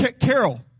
Carol